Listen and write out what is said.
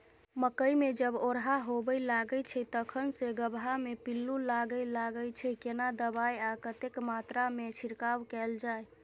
मकई मे जब ओरहा होबय लागय छै तखन से गबहा मे पिल्लू लागय लागय छै, केना दबाय आ कतेक मात्रा मे छिरकाव कैल जाय?